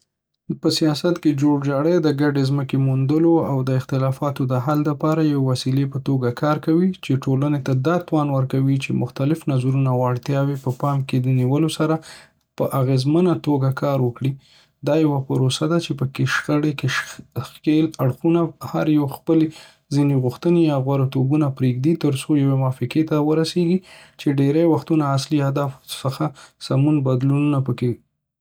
په سیاست کې، جوړجاړی د ګډې ځمکې موندلو او د اختلافاتو د حل لپاره یوې وسیلې په توګه کار کوي، چې ټولنې ته دا توان ورکوي چې مختلف نظرونه او اړتیاوې په پام کې نیولو سره په اغیزمنه توګه کار وکړي. دا یوه پروسه ده چې په کې په شخړه کې ښکیل اړخونه هر یو خپلې ځینې غوښتنې یا غوره توبونه پریږدي ترڅو یوې موافقې ته ورسیږي، چې ډیری وختونه اصلي هدف څخه سمون بدلونونه پکې.